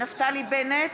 נפתלי בנט,